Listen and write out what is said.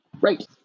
Right